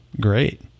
great